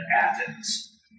Athens